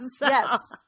Yes